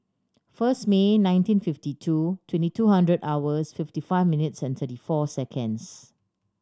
first May nineteen fifty two twenty two hundred hours fifty five minutes and thirty four seconds